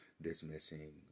dismissing